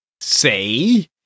say